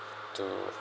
to